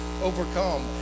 overcome